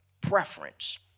preference